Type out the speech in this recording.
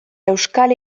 euskal